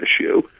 issue